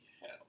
Hell